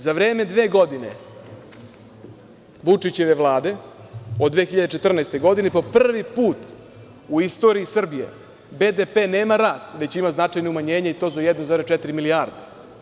Za vreme dve godine Vučićeve vlade, od 2014. godine, po prvi put u istoriji Srbije BDP nema rast, već ima značajno umanjenje i to za 1,4 milijarde.